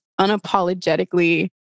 unapologetically